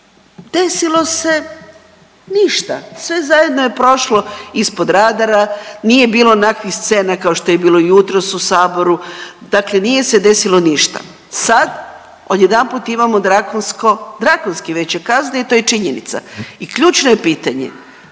Desilo se ništa. Sve zajedno je prošlo ispod radara, nije bilo onakvih scena kao što je bilo jutros u Saboru, dakle nije se desilo ništa. Sad odjedanput imamo drakonski veće kazne i to je činjenica. I ključno je pitanje